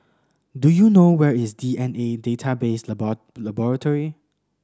do you know where is D N A Database Laboratory